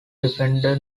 defender